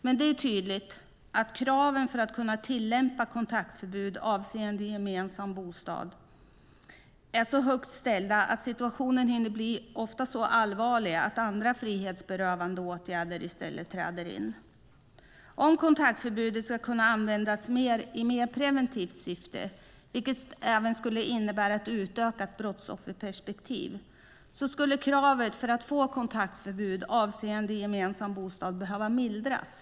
Men det är tydligt att kraven för att kunna tillämpa kontaktförbud avseende gemensam bostad är så högt ställda att situationen ofta hinner bli så allvarlig att andra frihetsberövande åtgärder i stället träder in. Om kontaktförbudet ska kunna användas mer och i mer preventivt syfte, vilket även skulle innebära ett utökat brottsofferperspektiv, skulle kravet för att få kontaktförbud avseende gemensam bostad behöva mildras.